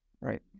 right